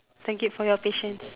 thank you for your patience